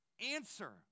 answer